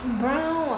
brown